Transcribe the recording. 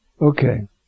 Okay